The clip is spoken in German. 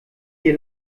dir